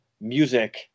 music